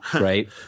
right